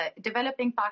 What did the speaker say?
developing